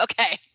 okay